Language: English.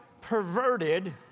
perverted